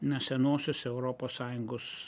na senosiose europos sąjungos